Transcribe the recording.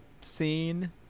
scene